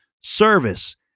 service